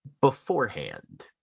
beforehand